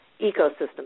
ecosystem